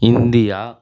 India